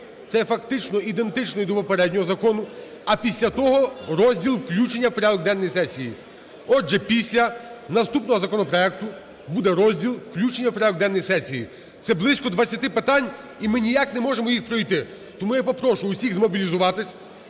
це фактично ідентичний до попереднього закону. А після того розділ включення в порядок денний сесії. Отже, після наступного законопроекту буде розділ включення в порядок денний сесії. Це близько 20 питань, і ми ніяк не можемо їх пройти. Тому я попрошу всіх змобілізуватись,